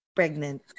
pregnant